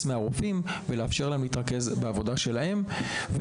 מהרופאים כדי לאפשר להם להתרכז בעבודה שלהם.